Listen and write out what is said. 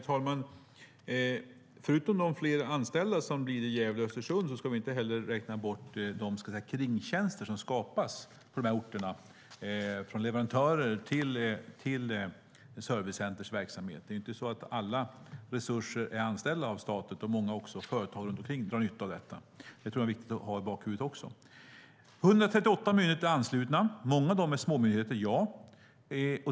Herr talman! Förutom att det blir fler anställda i Gävle och Östersund ska vi inte räkna bort de kringtjänster som skapas på de orterna från leverantörer till Servicecenters verksamhet. Det är inte så att alla resurser är anställda statligt, utan många företag runt omkring drar nytta av detta. Det är viktigt att också ha i bakhuvudet. Det är 138 myndigheter anslutna. Många av dem är småmyndigheter.